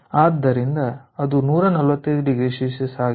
ಆದ್ದರಿಂದ ಅದು 145 ಆಗಿದೆ